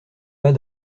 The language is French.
pas